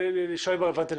לראות אם הבנתי נכון.